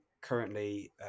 currently